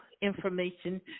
information